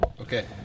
Okay